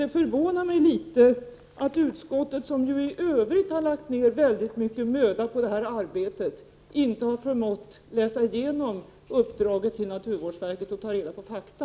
Det förvånar mig en smula att utskottet som ju i övrigt lagt ned mycket möda på detta ärende inte har förmått läsa igenom uppdraget till naturvårdsverket och ta reda på fakta.